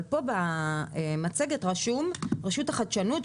אבל במצגת רשום: רשות החדשנות,